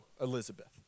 Elizabeth